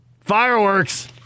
Fireworks